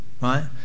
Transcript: Right